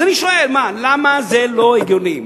אז אני שואל: למה זה לא הגיוני?